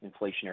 inflationary